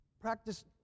Practice